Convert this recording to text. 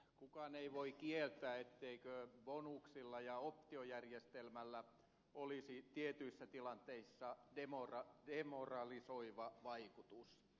kukaan ei voi kieltää etteikö bonuksilla ja optiojärjestelmällä olisi tietyissä tilanteissa demoralisoiva vaikutus